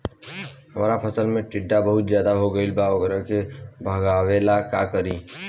हमरा फसल में टिड्डा बहुत ज्यादा हो गइल बा वोकरा के भागावेला का करी?